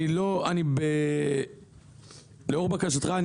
לאור בקשתך,